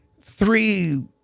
three